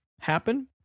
happen